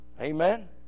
Amen